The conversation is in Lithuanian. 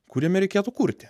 kuriame reikėtų kurti